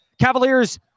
Cavaliers